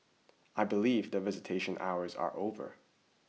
I believe that visitation hours are over